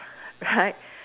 right